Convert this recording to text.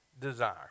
desire